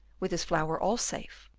with his flower all safe,